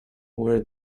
were